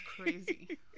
crazy